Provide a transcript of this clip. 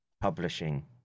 publishing